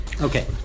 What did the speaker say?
Okay